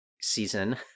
season